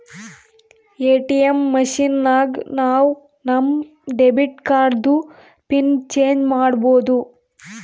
ATM machine ನಾಗ್ ನಾವ್ ನಮ್ ಡೆಬಿಟ್ ಕಾರ್ಡ್ದು ಪಿನ್ ಚೇಂಜ್ ಮಾಡ್ಬೋದು